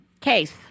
Case